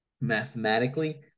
mathematically